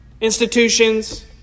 institutions